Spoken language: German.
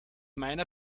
meiner